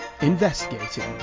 Investigating